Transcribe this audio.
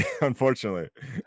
unfortunately